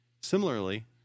Similarly